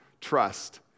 trust